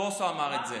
אז בוסו אמר את זה.